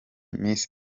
miss